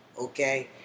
okay